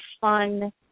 fun